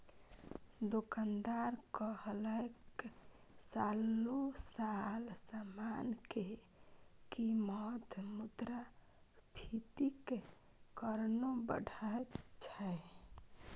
दोकानदार कहलकै साले साल समान के कीमत मुद्रास्फीतिक कारणे बढ़ैत छै